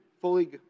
fully